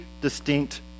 distinct